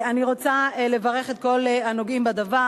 אני רוצה לברך את כל הנוגעים בדבר: